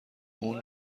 اون